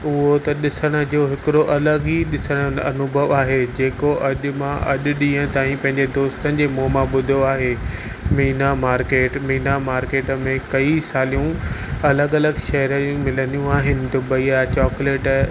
उहो त ॾिसण जो हिकिड़ो अलॻि ई ॾिसण जो अनुभव आहे जेको अॼु मां अॼु ॾींहुं ताईं पंहिंजे दोस्तनि जे मुंहुं मां ॿुधो आहे मीना मार्केट मीना मार्केट में कई सालियूं अलॻि अलॻि शहर यूं मिलंदियूं आहिनि दुबई जा चॉकलेट